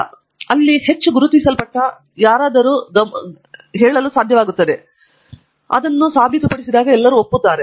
ಇದು ಒಂದು ಪ್ರಕ್ರಿಯೆ ಅಲ್ಲ ಅಲ್ಲಿ ಹೆಚ್ಚು ಗುರುತಿಸಲ್ಪಟ್ಟ ಯಾರಾದರೂ ಹೇಳಲು ಸಾಧ್ಯವಾಗುತ್ತದೆ ಮತ್ತು ನಂತರ ಎಲ್ಲರೂ ಒಪ್ಪುತ್ತಾರೆ